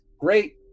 Great